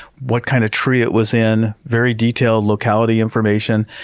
what kind of tree it was in, very detailed locality information.